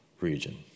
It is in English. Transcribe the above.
region